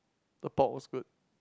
the pork was good